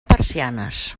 persianes